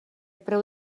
preu